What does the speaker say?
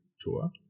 Tour